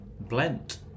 Blent